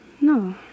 No